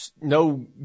no